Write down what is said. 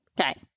Okay